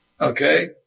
Okay